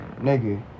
Nigga